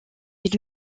est